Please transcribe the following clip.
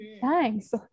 Thanks